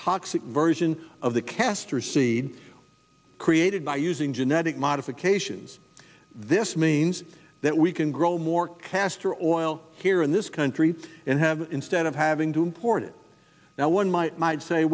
toxic version of the castor seed created by using genetic modifications this means that we can grow more castor oil here in this country and have instead of having to import it now one might might say